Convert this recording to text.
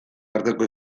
arteko